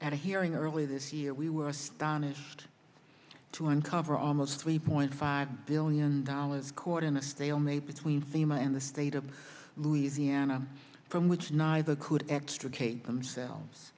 a hearing earlier this year we were astonished to uncover almost three point five billion dollars caught in a stalemate between thema and the state of louisiana from which neither could extricate themselves